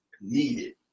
needed